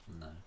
No